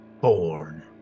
Born